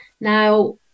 Now